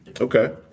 Okay